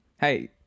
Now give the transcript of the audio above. Hey